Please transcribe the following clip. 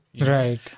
right